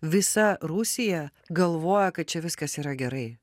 visa rusija galvoja kad čia viskas yra gerai